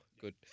Good